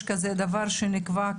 יש כזה דבר שנקבע,